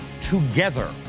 together